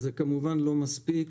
זה כמובן לא מספיק,